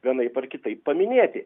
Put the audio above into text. vienaip ar kitaip paminėti